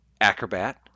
acrobat